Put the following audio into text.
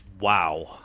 wow